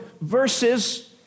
verses